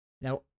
Now